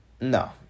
No